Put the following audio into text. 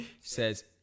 Says